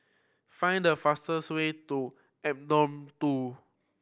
find the fastest way to two